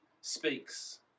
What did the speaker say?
speaks